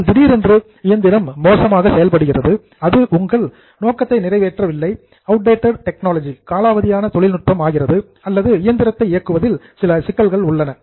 ஆனால் திடீரென்று இயந்திரம் மோசமாக செயல்படுகிறது அது உங்கள் பர்ப்பஸ் நோக்கத்தை நிறைவேற்ற வில்லை அவுட்டேடட் டெக்னாலஜி காலாவதியான தொழில்நுட்பம் ஆகிறது அல்லது இயந்திரத்தை இயக்குவதில் சில சிக்கல்கள் உள்ளன